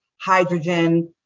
hydrogen